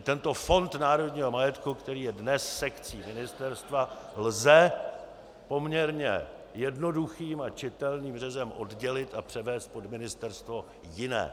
Tento Fond národního majetku, který je dnes sekcí ministerstva, lze poměrně jednoduchým a čitelným řezem oddělit a převést pod ministerstvo jiné.